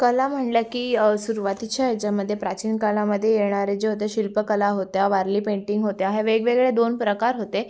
कला म्हणलं की सुरुवातीच्या याच्यामध्ये प्राचीन काळामध्ये येणारे जे होते शिल्पकला होत्या वारली पेंटिंग होत्या हे वेगवेगळे दोन प्रकार होते